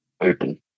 open